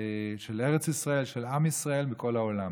של ארץ ישראל, של עם ישראל בכל העולם.